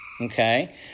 okay